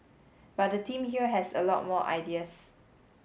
but the team here has a lot more ideas